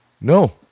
No